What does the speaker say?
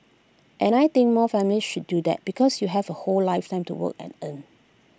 and I think more families should do that because you have A whole lifetime to work and earn